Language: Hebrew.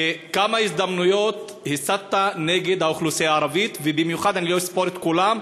אין דבר כזה.